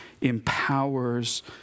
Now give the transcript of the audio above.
empowers